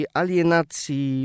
alienacji